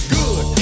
good